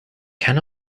can